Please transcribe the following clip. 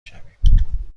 شویم